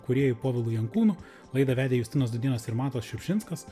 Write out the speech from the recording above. kūrėju povilu jankūnu laidą vedė justinas dudėnas ir matas šiupšinskas